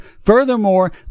Furthermore